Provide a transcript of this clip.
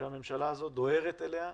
שהממשלה הזאת דוהרת אליה.